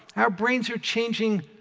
our brains are changing,